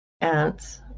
ants